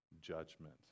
judgment